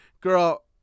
Girl